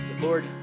Lord